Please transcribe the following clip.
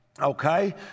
Okay